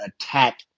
attack